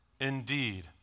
Indeed